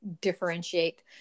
differentiate